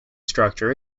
structure